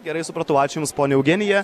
gerai supratau ačiū jums ponia eugenija